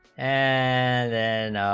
and then